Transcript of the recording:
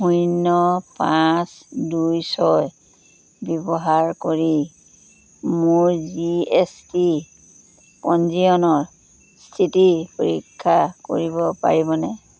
শূন্য পাঁচ দুই ছয় ব্যৱহাৰ কৰি মোৰ জি এছ টি পঞ্জীয়নৰ স্থিতি পৰীক্ষা কৰিব পাৰিবনে